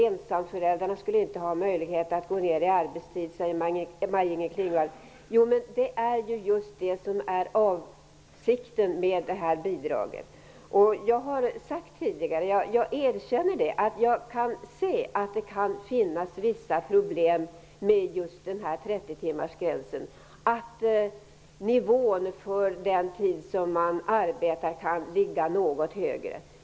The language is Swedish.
Ensamföräldrarna skulle inte ha möjlighet att gå ned i arbetstid, säger Maj-Inger Klingvall. Men det är ju just det som är avsikten med det här bidraget. Jag har sagt det tidigare, och jag erkänner att det kan finnas vissa problem med just 30 timmarsgränsen. Nivån för den tid som man arbetar kan ligga något högre.